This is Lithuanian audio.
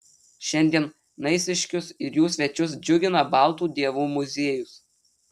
šiandien naisiškius ir jų svečius džiugina baltų dievų muziejus